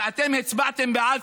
ואתם הצבעתם בעד,